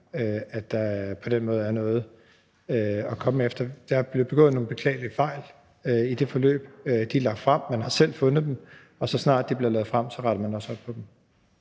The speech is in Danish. at der på den måde er noget at komme efter. Der er blevet begået nogle beklagelige fejl i det forløb, og de er lagt frem. Man havde selv fundet dem, og så snart de blev lagt frem, rettede man også op på dem.